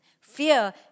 Fear